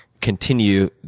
continue